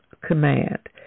command